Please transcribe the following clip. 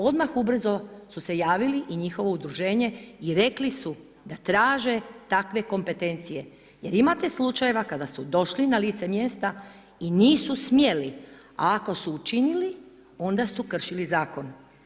Odmah ubrzo su se javili i njihovo udruženje i rekli su da traže takve kompetencije jer imate slučajeva kada su došli na lice mjesta i nisu smjeli ako su učinili, onda su kršili zakon.